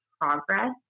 progress